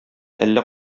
әллә